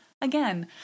Again